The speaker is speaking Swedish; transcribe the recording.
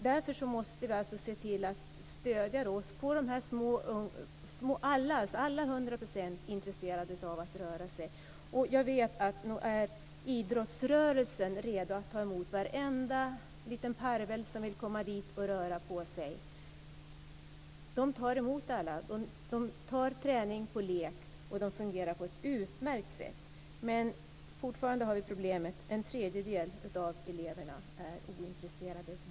Därför måste vi se till att få alla, hundra procent, intresserade av att röra på sig. Jag vet att idrottsrörelsen är redo att ta emot varenda liten parvel som vill komma dit och röra på sig. De tar emot alla. De tar träning på lek och de fungerar på ett utmärkt sätt. Men fortfarande har vi problemet att en tredjedel av eleverna är ointresserade.